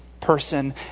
person